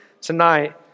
tonight